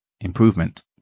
improvement